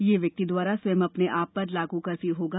यह व्यक्ति द्वारा स्वयं अपने आप पर लागू कर्फ्यू होगा